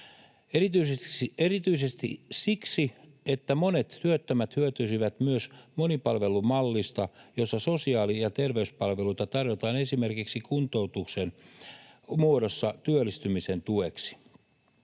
erityisesti siksi, että monet työttömät hyötyisivät myös monipalvelumallista, jossa sosiaali- ja terveyspalveluita tarjotaan esimerkiksi kuntoutuksen muodossa työllistymisen tueksi.